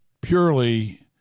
purely